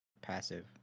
passive